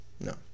No